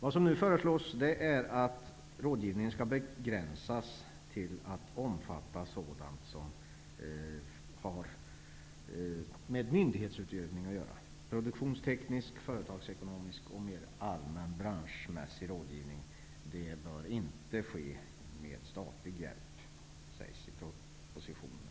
Vad som nu föreslås är att rådgivningen skall begränsas till att omfatta sådant som har med myndighetsutövning att göra. Produktionsteknisk, företagsekonomisk och mer allmän branschmässig rådgivning bör inte ske med statlig hjälp, sägs det i propositionen.